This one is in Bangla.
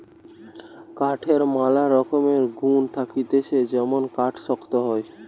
কাঠের ম্যালা রকমের গুন্ থাকতিছে যেমন কাঠ শক্ত হয়